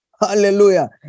Hallelujah